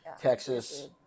Texas